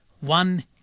One